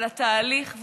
אבל התהליך,